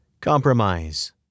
Compromise